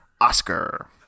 Oscar